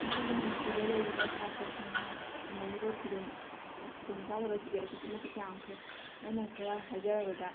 ꯑꯩꯈꯣꯏꯒꯤ ꯃꯅꯤꯄꯨꯔꯗ ꯂꯩꯔꯤꯕ ꯁꯥꯇ꯭ꯔꯁꯤꯡꯅ ꯊꯦꯡꯅꯔꯤꯕ ꯈꯨꯗꯣꯡ ꯈꯨꯗꯣꯡꯆꯥꯗꯕꯁꯤꯗꯤ ꯑꯗꯨꯛꯀꯤ ꯃꯇꯤꯛ ꯌꯥꯝꯈ꯭ꯔꯦ ꯑꯩꯅ ꯈꯔ ꯍꯥꯏꯖꯔꯕꯗ